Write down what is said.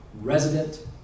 Resident